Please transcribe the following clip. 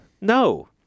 No